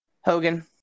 Hogan